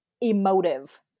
emotive